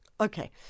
Okay